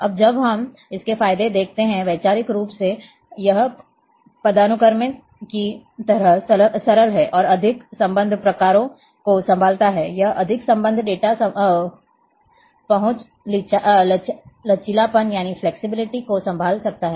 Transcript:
अब हम इसके फायदे देखते हैं वैचारिक रूप से यह पदानुक्रमित की तरह सरल है और अधिक संबंध प्रकारों को संभालता है यह अधिक संबंध डेटा पहुंच लचीलापन को संभाल सकता है